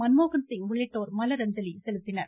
மன்மோகன்சிங் உள்ளிட்டோர் மலரஞ்சலி செலுத்தினர்